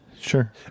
sure